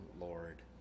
Lord